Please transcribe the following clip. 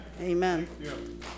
Amen